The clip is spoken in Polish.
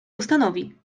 postanowi